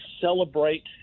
celebrate